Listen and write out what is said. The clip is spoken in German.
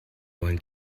wollen